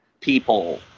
people